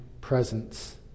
presence